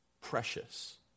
Precious